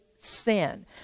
sin